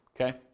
Okay